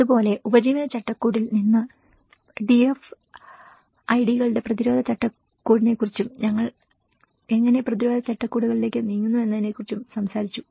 അതുപോലെ ഉപജീവന ചട്ടക്കൂടിൽ നിന്നുള്ള ഡിഎഫ്ഐഡികളുടെ പ്രതിരോധ ചട്ടക്കൂടിനെക്കുറിച്ചും ഞങ്ങൾ എങ്ങനെ പ്രതിരോധ ചട്ടക്കൂടുകളിലേക്ക് നീങ്ങുന്നുവെന്നതിനെക്കുറിച്ചും സംസാരിച്ചു